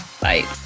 Bye